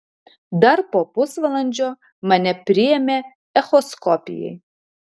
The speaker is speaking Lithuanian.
dar po pusvalandžio mane priėmė echoskopijai